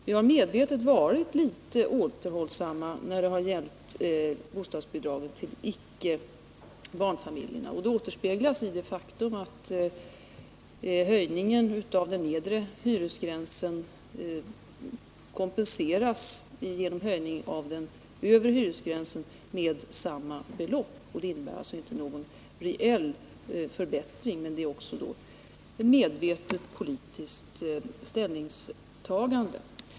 Vi har medvetet varit litet återhållsamma när det gällt bostadsbidraget till familjer utan barn, och det återspeglas i det faktum att höjningen av den nedre hyresgränsen kompenseras av en höjning av den övre hyresgränsen, med samma belopp. Det innebär att det inte blir någon reell förbättring, och det är alltså resultatet av ett medvetet politiskt ställningstagande.